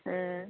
হ্যাঁ